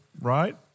Right